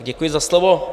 Děkuji za slovo.